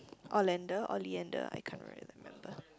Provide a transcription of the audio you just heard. Olander Oleander I can't really remember